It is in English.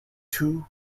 two